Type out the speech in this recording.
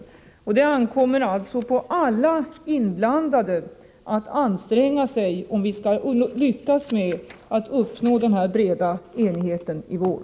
Det kommer an på alla inblandade att anstränga sig om vi skall lyckas med att uppnå denna breda enighet i vår.